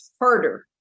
harder